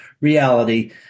reality